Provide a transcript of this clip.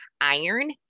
iron